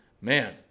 man